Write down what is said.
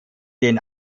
den